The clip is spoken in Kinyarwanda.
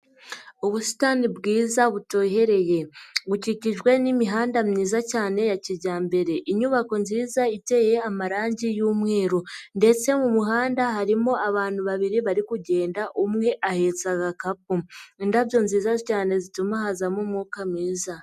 Ubusitani bwiza butohereye bukikijwe n'imihanda myiza cyane ya kijyambere, inyubako nziza iteye amarangi y'umweru ndetse mu muhanda harimo abantu babiri bari kugenda umwe ahetsa agakapu, indabyo nziza cyane zituma hazamo umwuka mwiza.